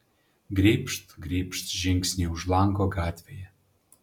gribšt gribšt žingsniai už lango gatvėje